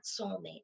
soulmate